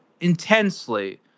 intensely